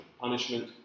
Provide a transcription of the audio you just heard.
Punishment